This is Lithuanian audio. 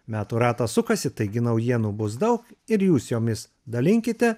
metų ratas sukasi taigi naujienų bus daug ir jūs jomis dalinkite